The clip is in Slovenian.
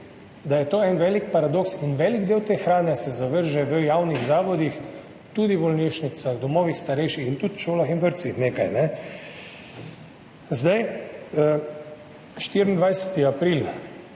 da je to en velik paradoks in velik del te hrane se zavrže v javnih zavodih, tudi v bolnišnicah, domovih starejših in tudi v šolah in vrtcih nekaj. 24. april,